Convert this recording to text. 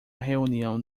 reunião